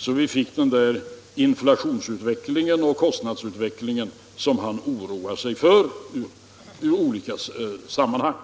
att vi fick den inflationsoch kostnadsutveckling som han oroar sig för i olika sammanhang.